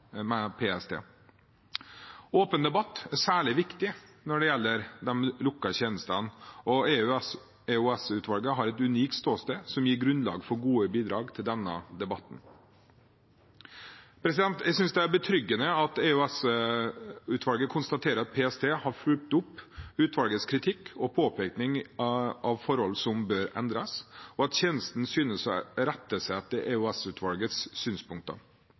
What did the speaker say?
med PST. Åpen debatt er særlig viktig når det gjelder de lukkede tjenestene, og EOS-utvalget har et unikt ståsted som gir grunnlag for gode bidrag til denne debatten. Jeg synes det er betryggende at EOS-utvalget konstaterer at PST har fulgt opp utvalgets kritikk og påpekning av forhold som bør endres, og at tjenesten synes å rette seg etter EOS-utvalgets synspunkter.